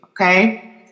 okay